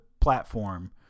platform